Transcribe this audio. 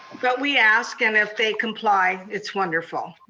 but we ask, and if they comply, it's wonderful.